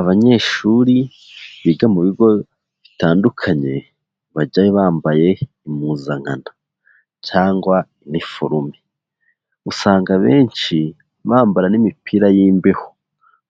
Abanyeshuri, biga mu bigo, bitandukanye, bajyayo bambaye impuzankano. Cyangwa iniforume. Usanga abenshi, bambara n'imipira y'imbeho,